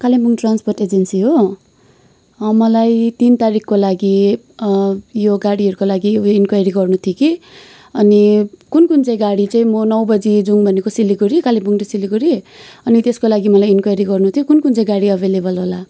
Kalimpong transport agency हो मलाई तिन तारिखको लागि यो गाडीहरूको लागि इन्क्वायरी गर्नु थियो कि अनि कुन कुन चाहिँ गाडी चाहिँ म नौ बजी जाउँ भनेको सिलगढी कालेबुङ टू सिलगडी अनि तेस्को लागि मलाई इन्क्वायरी गर्नु थियो कुन कुन चाहिँ गाडी अभाइलेबल होला